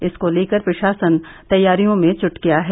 इसको लेकर प्रषासन तैयारियों में जुट गया है